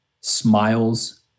smiles